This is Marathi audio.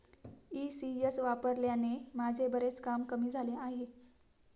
ई.सी.एस वापरल्याने माझे बरेच काम कमी झाले आहे